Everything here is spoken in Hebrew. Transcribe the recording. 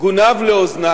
גונב לאוזני